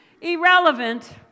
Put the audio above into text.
Irrelevant